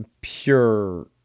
pure